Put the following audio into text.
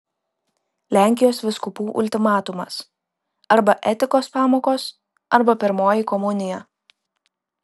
lenkijos vyskupų ultimatumas arba etikos pamokos arba pirmoji komunija